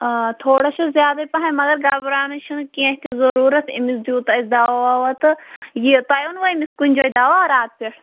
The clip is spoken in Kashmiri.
آ تھوڑا چھُس زیادَے پَہَن مگر گبراونٕچ چھِنہٕ کیٚنٛہہ تہِ ضٔروٗرَت أمِس دیُت اَسہِ دوا وَوا تہٕ یہِ تۄہہِ اوٚنوٕ أمِس کُنہِ جایہِ دوا راتہٕ پٮ۪ٹھ